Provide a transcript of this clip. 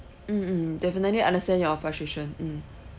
mm mm definitely understand your frustration mm